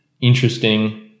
interesting